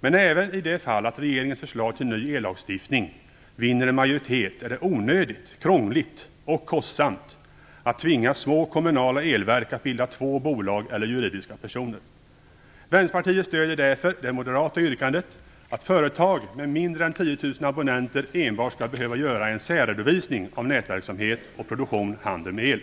Men även i det fall att regeringens förslag till ny ellagstiftning vinner en majoritet är det onödigt, krångligt och kostsamt att tvinga små kommunala elverk att bilda två bolag eller juridiska personer. Vänsterpartiet stödjer därför det moderata yrkandet att företag med mindre än 10 000 abonnenter enbart skall behöva göra en särredovisning av nätverksamhet och produktion eller handel med el.